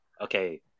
Okay